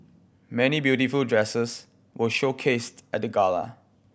many beautiful dresses were showcased at the gala